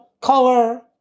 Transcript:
color